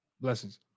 Blessings